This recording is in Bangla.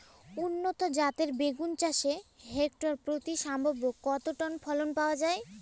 উন্নত জাতের বেগুন চাষে হেক্টর প্রতি সম্ভাব্য কত টন ফলন পাওয়া যায়?